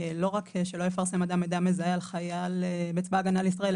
לא רק שלא יפרסם מידע מזהה על חייל בצבא ההגנה לישראל,